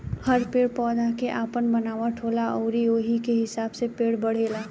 हर पेड़ पौधा के आपन बनावट होला अउरी ओही के हिसाब से पेड़ बढ़ेला